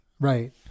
Right